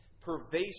pervasive